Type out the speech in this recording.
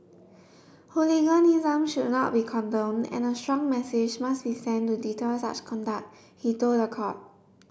hooliganism should not be condoned and a strong message must be sent to deter such conduct he told the court